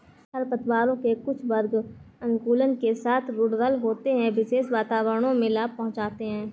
खरपतवारों के कुछ वर्ग अनुकूलन के साथ रूडरल होते है, विशेष वातावरणों में लाभ पहुंचाते हैं